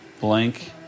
blank